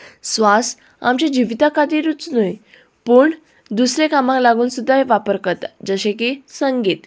स्वास आमच्या जिविता खातिरूच न्हय पूण दुसऱ्या कामाक लागून सुद्दां वापर करता जशें की संगीत